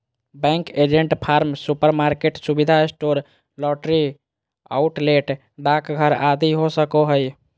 bank agent form, supermarket, सुविधा store, lottery outlet, डाकघर आदि हो सको हइ